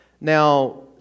Now